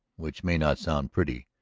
which may not sound pretty,